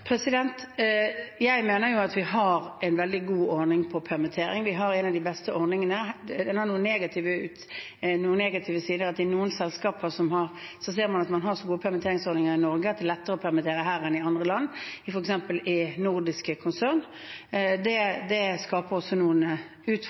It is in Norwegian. Jeg mener at vi har en veldig god ordning for permitterte. Vi har en av de beste ordningene. Den har noen negative sider, bl.a. at man i noen selskaper, f.eks. i nordiske konsern, ser at man har så gode permitteringsordninger i Norge at det er lettere å permittere her enn i andre land.